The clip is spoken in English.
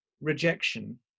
rejection